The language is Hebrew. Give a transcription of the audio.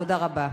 תודה רבה.